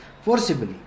forcibly